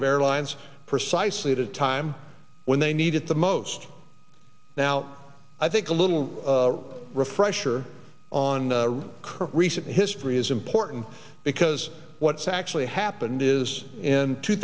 of airlines precisely at a time when they need it the most now i think a little refresher on the current recent history is important because what's actually happened is in two